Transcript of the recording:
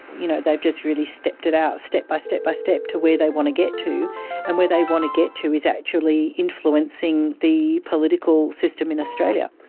you know they've just really stepped it out step by step by step to where they want to get to and where they want to get to is actually influencing the political system in australia.